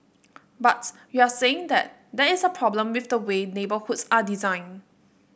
but you're saying that there is a problem with the way neighbourhoods are designed